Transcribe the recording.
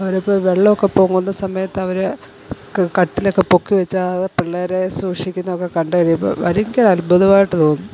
അവരിപ്പോള് വെള്ളമൊക്കെ പൊങ്ങുന്ന സമയത്തവര് ക കട്ടിലൊക്കെ പൊക്കിവച്ചാല് ആ പിള്ളേരെ സൂക്ഷിക്കുന്നതൊക്കെ കണ്ടുകഴിയുമ്പോള് ഭയങ്കര അത്ഭുതമായിട്ട് തോന്നും